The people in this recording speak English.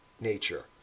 nature